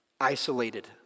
Isolated